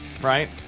right